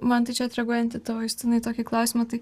man tai čia atreguojant į tavo justinai tokį klausimą tai